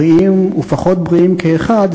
בריאים ופחות בריאים כאחד,